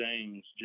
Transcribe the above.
James